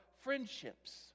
friendships